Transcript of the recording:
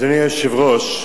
אדוני היושב-ראש,